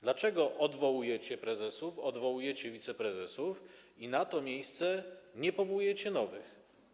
Dlaczego odwołujecie prezesów, odwołujecie wiceprezesów i na to miejsce nie powołujecie nowych?